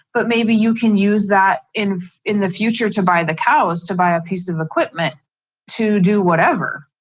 but maybe you can use that in in the future to buy the cows to buy a piece of equipment to do whatever.